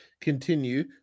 continue